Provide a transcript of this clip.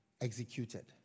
executed